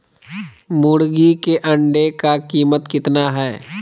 मुर्गी के अंडे का कीमत कितना है?